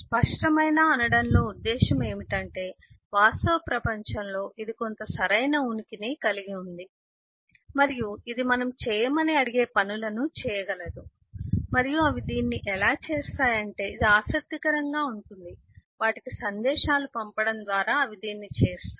స్పష్టమైన అనడంలో ఉద్దేశం ఏమిటంటే వాస్తవ ప్రపంచంలో ఇది కొంత సరైన ఉనికిని కలిగి ఉంది మరియు ఇది మనము చేయమని అడిగే పనులను చేయగలదు మరియు అవి దీన్ని ఎలా చేస్తాయంటే ఇది ఆసక్తికరంగా ఉంటుంది వాటికి సందేశాలు పంపడం ద్వారా అవి దీన్ని చేస్తాయి